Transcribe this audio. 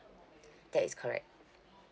that is correct